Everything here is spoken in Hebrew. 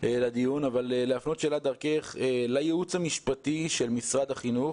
לדיון אז אני אפנה שאלה דרכך לייעוץ המשפטי של משרד החינוך: